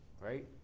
right